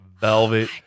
velvet